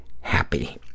HAPPY